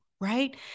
right